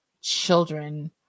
children